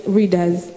readers